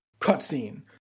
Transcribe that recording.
cutscene